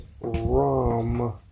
rum